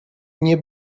nie